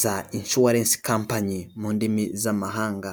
za inshuwarensi kampani mu ndimi z'amahanga.